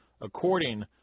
according